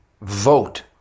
vote